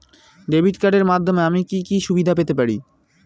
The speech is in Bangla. ডেবিট কার্ডের মাধ্যমে আমি কি কি সুবিধা পেতে পারি?